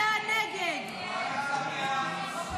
הוועדה, נתקבל.